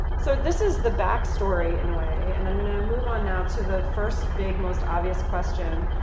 so this is the back story in a way. and i'm going to and move on now to the first big most obvious question